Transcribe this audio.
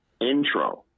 intro